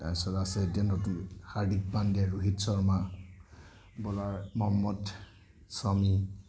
তাৰপিছত আছে এতিয়া নতুনকৈ হাৰ্দিক পাণ্ডে ৰোহিত শৰ্মা বলাৰ মহম্মদ শ্বামি